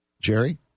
Jerry